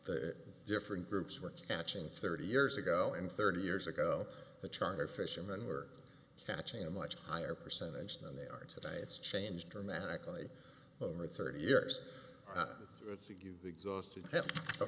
the different groups were catching thirty years ago and thirty years ago the charter fishermen were catching a much higher percentage than they are today it's changed dramatically over thirty years i don't think you exhausted